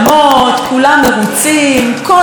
כל הגוונים של התרבות הישראלית,